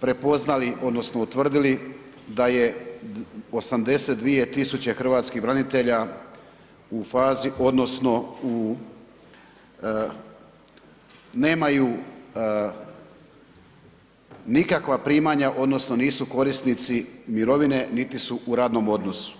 prepoznali, odnosno utvrdili da je 82 tisuće hrvatskih branitelja u fazi, odnosno u, nemaju nikakva primanja, odnosno nisu korisnici mirovine niti su u radnom odnosu.